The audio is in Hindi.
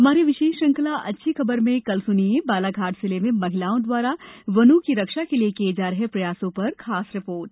हमारी विशेष श्रृंखला अच्छी खबर में कल सुनिये बालाघाट जिले में महिलाओं द्वारा वनों की रक्षा के लिए किये जा रहे प्रयासों पर खास रिपोर्ट